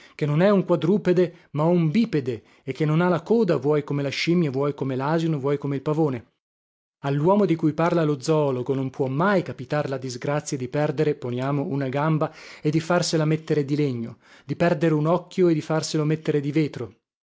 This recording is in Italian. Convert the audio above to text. che non è un quadrupede ma un bipede e che non ha la coda vuoi come la scimmia vuoi come lasino vuoi come il pavone alluomo di cui parla lo zoologo non può mai capitar la disgrazia di perdere poniamo una gamba e di farsela mettere di legno di perdere un occhio e di farselo mettere di vetro